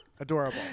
Adorable